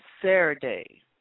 Saturday